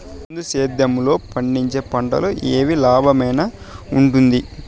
బిందు సేద్యము లో పండించే పంటలు ఏవి లాభమేనా వుంటుంది?